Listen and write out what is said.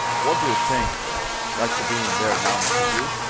what do you think's like to be in there, now, mr. hugh?